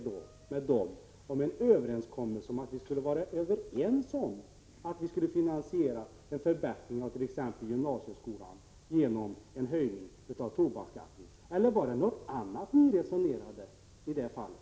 Diskuterade ni inte där den lösningen att vi skulle vara överens om att finansiera en förbättring av gymnasieskolan genom en höjning av tobaksskatten, eller var det något annat ni resonerade om i det fallet?